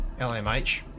lmh